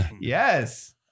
yes